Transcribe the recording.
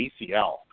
ACL